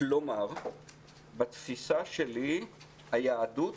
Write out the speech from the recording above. כלומר בתפיסה שלי היהדות